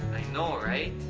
i know, right?